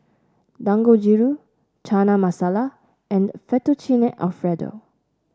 Dangojiru Chana Masala and Fettuccine Alfredo